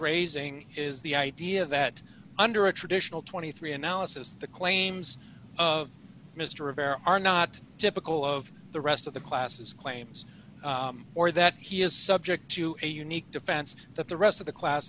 raising is the idea that under a traditional twenty three analysis the claims of mister rivera are not typical of the rest of the class as claims or that he is subject to a unique defense that the rest of the class